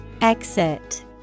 Exit